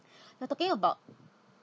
you're talking about